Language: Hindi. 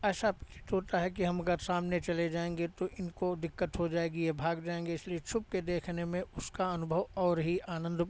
ऐसा प्रतीत होता है कि हम अगर सामने चले जाएँगे तो इनको दिक्कत हो जाएगी ये भाग जाएँगे इसलिए छुप के देखने में उसका अनुभव और ही आनंद